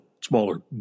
smaller